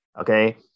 Okay